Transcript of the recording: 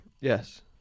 Yes